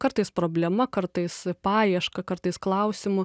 kartais problema kartais paieška kartais klausimu